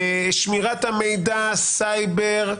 סייבר,